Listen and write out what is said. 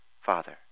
Father